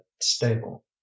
stable